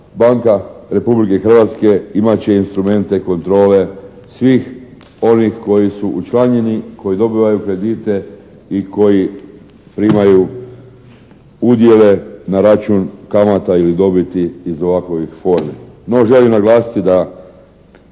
banka Republike Hrvatske imat će instrumente kontrole svih onih koji su učlanjeni, koji dobivaju kredite i koji primaju udjele na račun kamata ili dobiti iz ovakovih formi. No želim naglasiti da